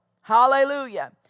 Hallelujah